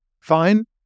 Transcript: fine